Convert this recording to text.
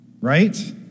right